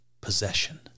possession